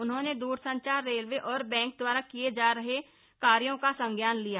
उन्होंने दूरसंचार रेलवे और बैंक दवारा किये जा रहे का कार्यों संज्ञान लिया